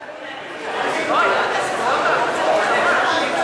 חובת יידוע על אלימות כלפי בן משפחה),